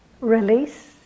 release